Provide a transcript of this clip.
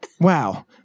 Wow